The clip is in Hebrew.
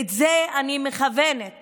את זה אני מכוונת